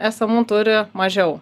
esamų turi mažiau